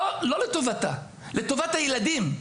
לא לטובתה, לטובת הילדים,